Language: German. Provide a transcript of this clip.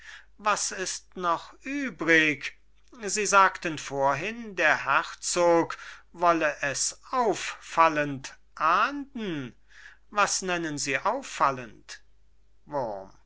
gespenst was ist noch übrig sie sagten vorhin der herzog wollte es auffallend ahnden was nennen sie auffallend wurm